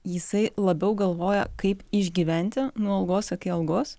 jisai labiau galvoja kaip išgyventi nuo algos iki algos